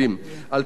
על-פי המוצע,